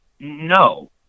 No